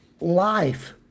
life